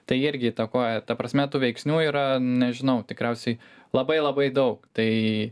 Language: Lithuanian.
tai irgi įtakoja ta prasme tų veiksnių yra nežinau tikriausiai labai labai daug tai